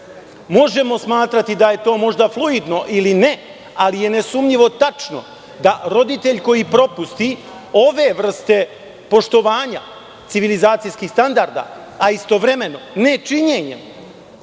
smatrati da je to možda fluidno ili ne, ali je nesumnjivo tačno da roditelj koji propusti ove vrste poštovanje civilizacijskih standarda, a istovremeno nečinjenjem,